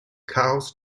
cows